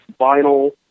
vinyl